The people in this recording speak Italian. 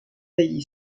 degli